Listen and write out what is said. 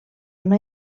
una